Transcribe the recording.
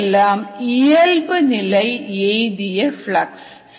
இவையெல்லாம் இயல்புநிலை எய்திய பிளக்ஸ்